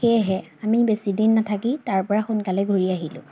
সেয়েহে আমি বেছিদিন নাথাকি তাৰপৰা সোনকালে ঘূৰি আহিলোঁ